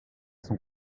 son